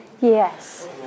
Yes